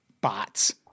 bots